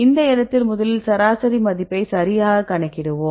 இந்த இடத்தில் முதலில் சராசரி மதிப்பை சரியாகக் கணக்கிடுவோம்